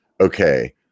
okay